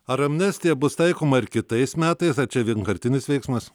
ar amnestija bus taikoma ir kitais metais ar čia vienkartinis veiksmas